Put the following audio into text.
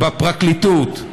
בפרקליטות,